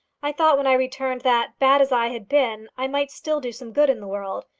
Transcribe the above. i thought, when i returned, that bad as i had been i might still do some good in the world.